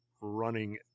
running